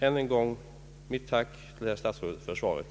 Än en gång mitt tack till herr statsrådet för svaret.